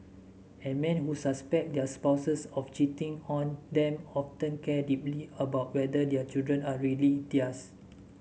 and men who suspect their spouses of cheating on them often care deeply about whether their children are really theirs